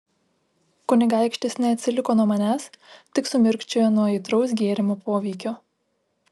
kunigaikštis neatsiliko nuo manęs tik sumirkčiojo nuo aitraus gėrimo poveikio